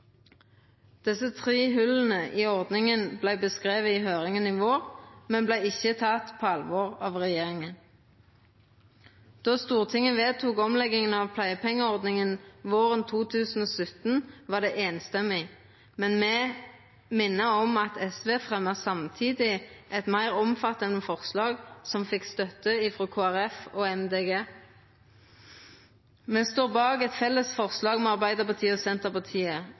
Desse tre hòla i ordninga vart beskrivne i høyringa i vår, men vart ikkje tekne på alvor av regjeringa. Då Stortinget vedtok omlegginga av pleiepengeordninga våren 2017, var det samrøystes. Men me minner om at SV samstundes fremja eit meir omfattande forslag som fekk støtte frå Kristeleg Folkeparti og Miljøpartiet Dei Grøne. Me står bak eit felles forslag med Arbeidarpartiet og Senterpartiet.